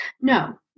no